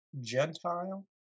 Gentile